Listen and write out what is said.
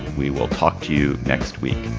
we will talk to you next week